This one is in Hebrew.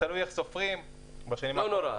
זה תלוי איך סופרים -- לא נורא,